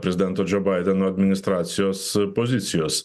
prezidento džo baideno administracijos pozicijos